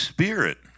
Spirit